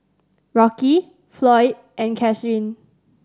Rocky Floyd and Kathrine